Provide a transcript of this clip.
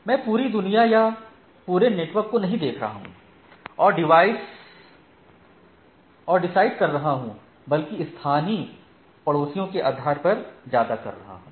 मैं पूरी दुनिया या पूरे नेटवर्क को नहीं देख रहा हूं और डिसाइड कर रहा हूं बल्कि स्थानीय पड़ोसियों के आधार पर ज्यादा कर रहा हूं